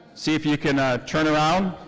see if you can turn around,